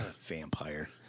Vampire